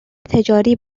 تجاری